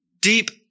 deep